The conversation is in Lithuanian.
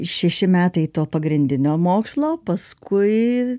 šeši metai to pagrindinio mokslo paskui